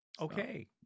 Okay